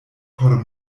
por